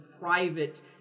private